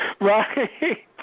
Right